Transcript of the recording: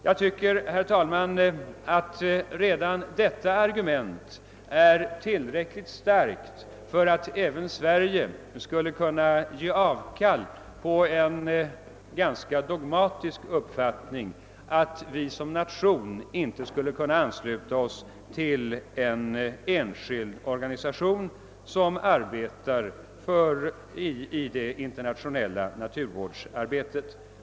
Jag tycker, herr talman, att redan detta argument är tillräckligt starkt för att även Sverige skulle kunna ge avkall på en ganska dogmatisk uppfattning, att vi som nation inte skulle kunna ansluta oss till en organisation som ägnar sig åt internationellt naturvårdsarbete bara därför att den är enskild och byggd på privat initiativ.